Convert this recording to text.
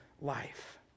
life